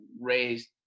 raised